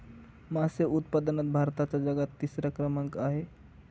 मासे उत्पादनात भारताचा जगात तिसरा क्रमांक आहे